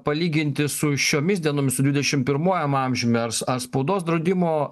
palyginti su šiomis dienomis su dvidešimt pirmuoju amžiumi ar ar spaudos draudimo